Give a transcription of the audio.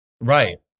Right